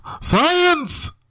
Science